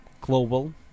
global